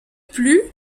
plus